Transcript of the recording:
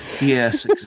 Yes